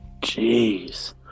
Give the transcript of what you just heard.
Jeez